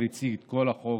הציג בבוקר את כל החוק,